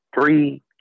three